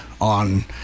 on